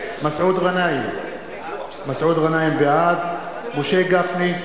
מסעוד גנאים, בעד משה גפני,